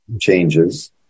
changes